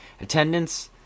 Attendance